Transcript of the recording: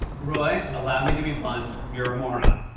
roy, allow me to be blunt. you're a moron.